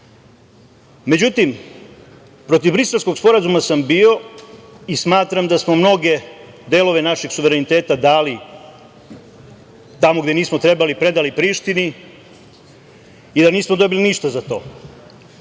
radite.Međutim, protiv Briselskog sporazuma sam bio i smatram da smo mnoge delove našeg suvereniteta dali tamo gde nismo trebali, predali Prištini i da nismo dobili ništa za to.